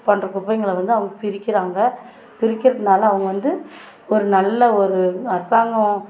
போன்ற குப்பைங்களை வந்து அவங்க பிரிக்கிறாங்கள் பிரிக்கிறதனால அவங்க வந்து ஒரு நல்ல ஒரு அரசாங்கம்